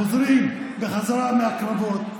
חוזרים בחזרה מהקרבות,